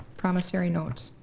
promissory notes.